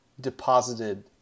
deposited